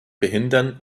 behindern